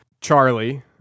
Charlie